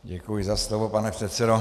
Děkuji za slovo, pane předsedo.